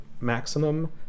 maximum